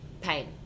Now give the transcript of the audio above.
Pain